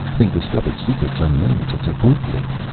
they discovered secrets unknown to tecuhltli.